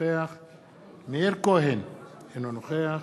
אינו נוכח